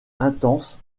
intense